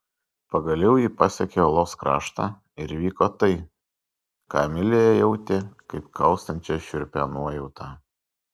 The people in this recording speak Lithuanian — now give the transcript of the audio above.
pagaliau ji pasiekė uolos kraštą ir įvyko tai ką emilija jautė kaip kaustančią šiurpią nuojautą